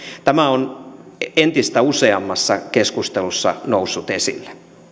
tämä on entistä useammassa keskustelussa noussut esille